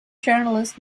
journalist